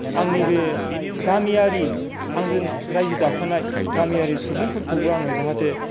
आंनि बे गामियारि आंजों रायजो जाफानाय गामियारि सुबुंफोरखौबो आङो जाहाथे